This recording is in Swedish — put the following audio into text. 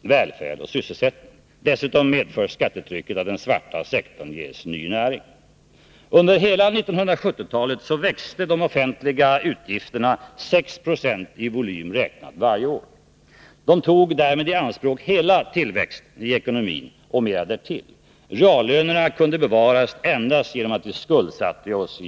välfärd och sysselsättning. Dessutom medför skattetrycket att den svarta sektorn ges ny näring. Under hela 1970-talet växte de offentliga utgifterna 6 76 i volym räknat varje år. De tog därmed i anspråk hela tillväxten i ekonomin och mer därtill. Reallönerna kunde bevaras endast genom att vi skuldsatte oss.